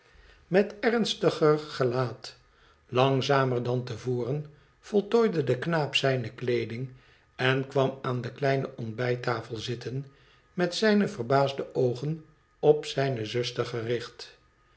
met ernstiger gelaat langzamer dan te voren voltooide de knaap zijne kleedmg en kwam aan de kleine ontbijttafel zitten met zijne verbaasde oogen op zijne zuster gericht